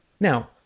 Now